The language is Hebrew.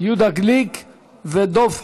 יהודה גליק ודב חנין.